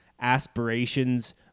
aspirations